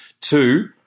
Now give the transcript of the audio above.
two